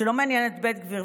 כשלא מעניין את בן גביר,